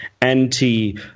anti